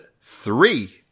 three